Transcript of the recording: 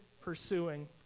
pursuing